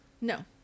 No